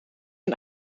een